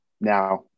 Now